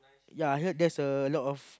yea I heard there's a lot of